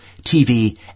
TV